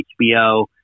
HBO